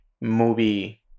movie